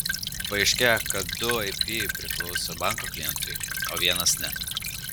paaiškėjo kad du ip priklauso banko klientui o vienas ne